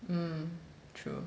mm true